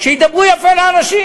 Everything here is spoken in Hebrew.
שידברו יפה לאנשים.